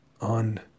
on